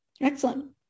Excellent